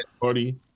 party